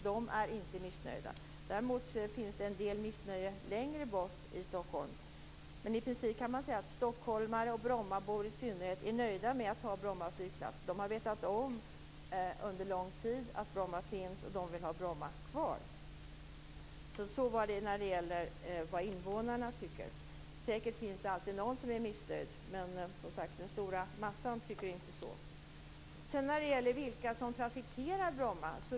De är inte missnöjda. Däremot finns det en del missnöje längre bort i Stockholm. I princip kan man säga att stockholmare och brommabor i synnerhet är nöjda med att ha Bromma flygplats. De har under lång tid vetat om att Bromma finns, och de vill ha Bromma kvar. Så var det med invånarnas uppfattning i frågan. Säkert finns det någon som är missnöjd, men den stora massan tycker som sagt inte så. Vilka trafikerar då Bromma?